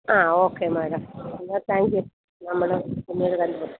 ആ okay madam എന്നാൽ thank you എന്നാൽ മാഡം ഒന്നു കൂടെ കണ്ടു